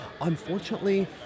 Unfortunately